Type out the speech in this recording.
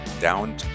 down